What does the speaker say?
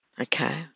Okay